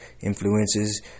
influences